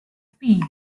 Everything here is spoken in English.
speed